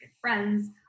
friends